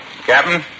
Captain